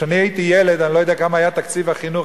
כשאני הייתי ילד אני לא יודע כמה היה תקציב החינוך,